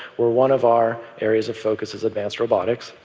where one of our areas of focus is advanced robotics,